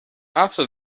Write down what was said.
after